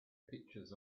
pictures